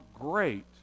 great